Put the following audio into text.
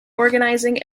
organizing